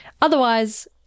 Otherwise